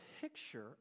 picture